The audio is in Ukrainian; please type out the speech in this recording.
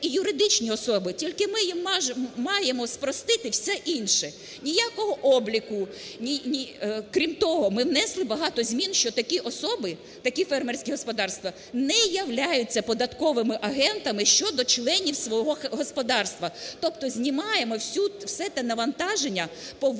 і юридичні особи, тільки ми їм маємо спростити все інше – ніякого обліку. Крім того, ми внесли багато змін, що такі особи, такі фермерські господарства не являються податковими агентами щодо членів свого господарства. Тобто знімаємо все те навантаження по веденню